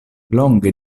longe